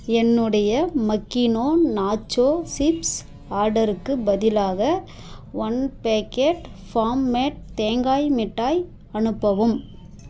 என்னுடைய மக்கீனோ nacho chips ஆர்டருக்குப் பதிலாக ஒன் பேக்கெட் ஃபார்ம் மேட் தேங்காய் மிட்டாய் அனுப்பவும்